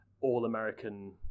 all-American